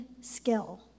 skill